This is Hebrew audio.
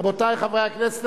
רבותי חברי הכנסת,